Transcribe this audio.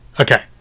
Okay